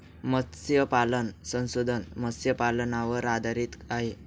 मत्स्यपालन संशोधन मत्स्यपालनावर आधारित आहे